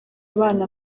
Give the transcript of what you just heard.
abana